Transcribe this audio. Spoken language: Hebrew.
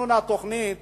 תכנון התוכנית